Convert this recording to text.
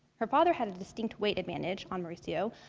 her father had a distinctive weight advantage on mauricio,